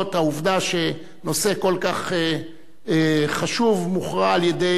העובדה שנושא כל כך חשוב מוכרע על-ידי